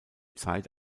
zeit